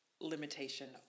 limitation